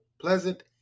pleasant